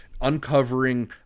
uncovering